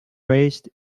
raised